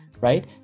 right